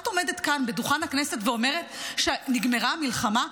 את עומדת כאן, בדוכן הכנסת, ואומרת שנגמרה המלחמה?